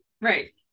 right